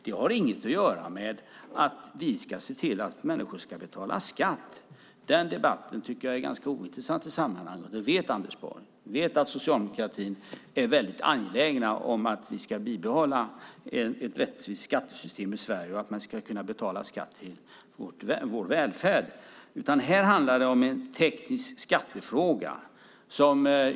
Det har inget att göra med att vi ska se till att människor betalar skatt. Den debatten tycker jag är ganska ointressant i sammanhanget. Det vet Anders Borg. Han vet att Socialdemokraterna är mycket angelägna om att vi ska bibehålla ett rättvist skattesystem i Sverige och att man ska betala skatt till vår välfärd. Här handlar det om en teknisk skattefråga.